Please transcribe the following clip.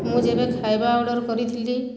ମୁଁ ଯେଉଁ ଏବେ ଖାଇବା ଅର୍ଡ଼ର କରିଥିଲି